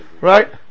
Right